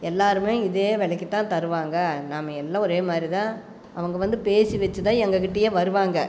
எல்லோருமே இதே வெலைக்கு தான் தருவாங்க நம்ம எல்லாம் ஒரேமாதிரி தான் அவங்க வந்து பேசி வைச்சிதான் எங்கக்கிட்டேயே வருவாங்க